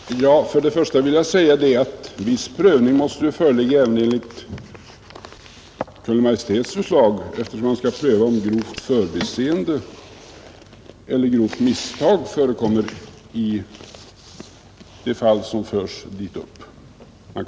Herr talman! För det första måste viss prövning göras även enligt Kungl. Maj:ts förslag, eftersom man skall pröva om grovt förbiseende eller grovt misstag förekommit i de fall som förs till regeringsrätten.